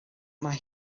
mae